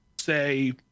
say